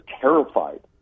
terrified